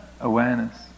awareness